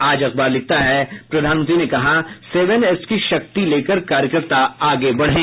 आज अखबार लिखता है प्रधानमंत्री ने कहा सेवन एस की शक्ति लेकर कार्यकर्ता आगे बढें